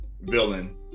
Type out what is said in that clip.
villain